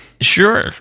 sure